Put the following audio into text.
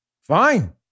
Fine